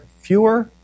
fewer